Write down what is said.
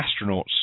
astronauts